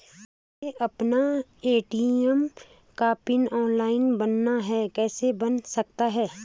मुझे अपना ए.टी.एम का पिन ऑनलाइन बनाना है कैसे बन सकता है?